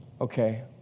okay